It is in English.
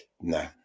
no